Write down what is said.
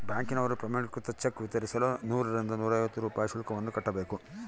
ಬ್ಯಾಂಕಿನವರು ಪ್ರಮಾಣೀಕೃತ ಚೆಕ್ ವಿತರಿಸಲು ನೂರರಿಂದ ನೂರೈವತ್ತು ರೂಪಾಯಿ ಶುಲ್ಕವನ್ನು ಕಟ್ಟಬೇಕು